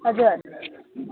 हजुर